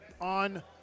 on